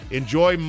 enjoy